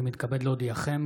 אני מתכבד להודיעכם,